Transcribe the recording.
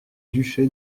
duché